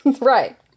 Right